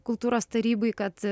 kultūros tarybai kad